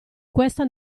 questa